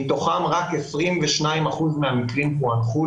מתוכם רק 22% מקרים מפוענחים.